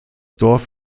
dorf